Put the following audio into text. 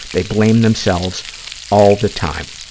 they blame themselves all the time.